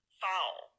foul